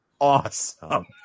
awesome